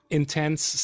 intense